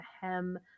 hem